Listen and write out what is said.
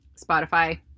Spotify